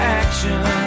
action